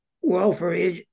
welfare